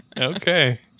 Okay